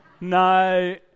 No